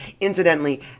Incidentally